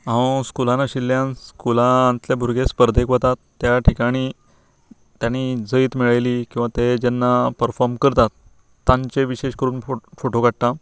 हांव स्कुलांत आशिल्ल्यान स्कुलांतले भुरगे स्पर्धेक वता त्या ठिकाणी तांणी जैत मेळयली किंवां तें जेन्ना परफोर्म करतात तांचे विशेश करून फोटो काडटा